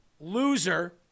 loser